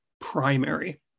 primary